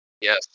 Yes